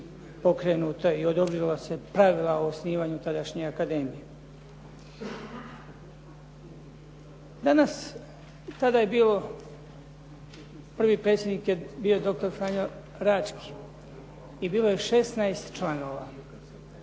pokrenuta i odobrila se pravila o osnivanju tadašnje akademije. Danas, tada je bilo prvi predsjednik je bio doktor Franjo Rački i bilo je 16 članova,